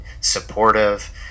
supportive